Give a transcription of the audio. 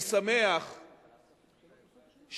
אני שמח שהכנסת,